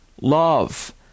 love